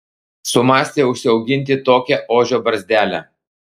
sumąstė užsiauginti tokią ožio barzdelę